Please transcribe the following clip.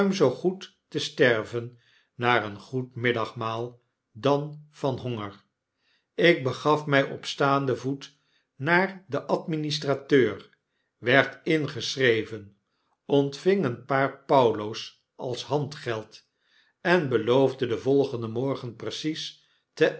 zoo goed te sterven na een goed middagmaal dan van honger ik begaf mij op staanden voet naar den administrates werd ingeschreven ontving een paar paulo's als handgeld en beloofde den volgenden morgen